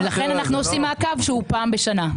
לכן אנחנו עושים מעקב שהוא פעם בשנה.